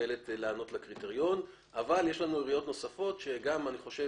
מסוגלת לענות לקריטריון אבל יש לנו עיריות נוספות שאני מודה